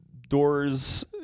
doors